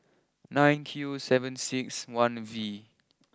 nine Q seven six one V